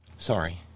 Sorry